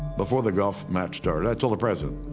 before the golf match started, i told the president,